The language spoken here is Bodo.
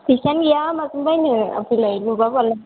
फैसायानो गैया माजों बायनो अफालाय नुबामालाय